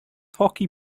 hockey